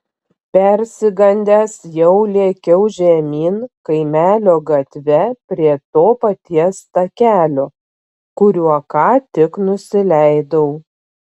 persigandęs jau lėkiau žemyn kaimelio gatve prie to paties takelio kuriuo ką tik nusileidau